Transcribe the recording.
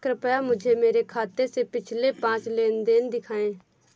कृपया मुझे मेरे खाते से पिछले पांच लेन देन दिखाएं